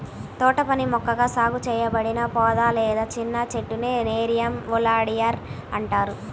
తోటపని మొక్కగా సాగు చేయబడిన పొద లేదా చిన్న చెట్టునే నెరియం ఒలియాండర్ అంటారు